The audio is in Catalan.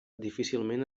difícilment